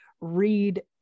read